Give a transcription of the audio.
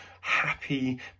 happy